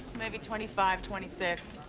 maybe twenty five, twenty six.